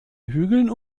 hügeln